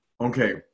Okay